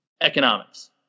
economics